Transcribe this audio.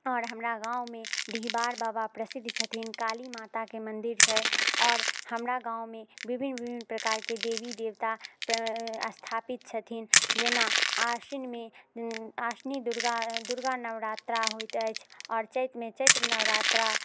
आओर हमरा गाममे डीहवार बाबा प्रसिद्ध छथिन काली माताके मन्दिर छै आओर हमरा गाममे विभिन्न विभिन्न प्रकारके देवी देवता स्थापित छथिन जेना आश्विनमे अश्विनी दुर्गा दुर्गा नवरात्रा होइत अछि आओर चैतमे चैत नवरात्रा